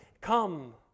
come